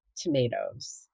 tomatoes